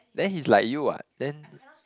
then he's like you what then